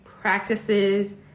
practices